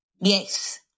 Yes